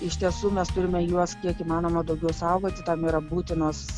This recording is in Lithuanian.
iš tiesų mes turime juos kiek įmanoma daugiau saugoti tam yra būtinos